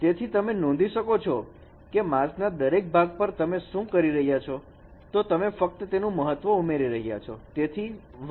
તેથી તમે નોંધી શકો છો કે માસના દરેક ભાગ પર તમે શું કરી રહ્યા છો તો તમે ફક્ત તેનું મહત્વ ઉમેરી રહ્યા છો